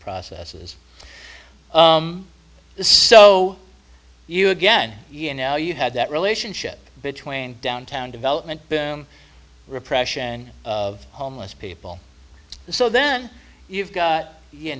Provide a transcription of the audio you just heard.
processes so you again you know you had that relationship between downtown development boom repression of homeless people so then you've got